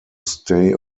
stay